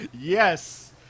yes